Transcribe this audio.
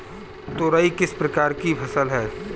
तोरई किस प्रकार की फसल है?